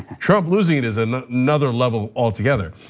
trump losing it is another level all together.